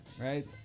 Right